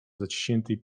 zaciśniętej